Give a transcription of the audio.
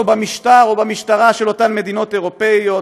במשטר או במשטרה של אותן מדינות אירופיות,